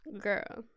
Girl